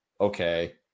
okay